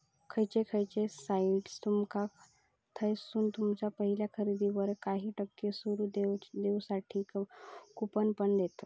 खयचे खयचे साइट्स तुमका थयसून तुमच्या पहिल्या खरेदीवर काही टक्के सूट देऊसाठी कूपन पण देतत